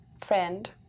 friend